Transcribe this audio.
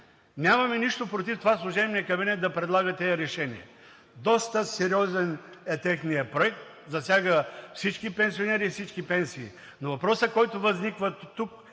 Нямаме нищо против това служебният кабинет да предлага тези решения. Доста сериозен е техният проект, засяга всички пенсионери и всички пенсии. Но въпросът, който възниква тук,